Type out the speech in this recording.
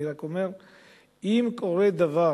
אני רק אומר שאם קורה דבר,